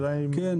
כן.